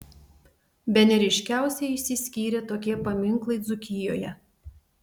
bene ryškiausiai išsiskyrė tokie paminklai dzūkijoje